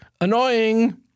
annoying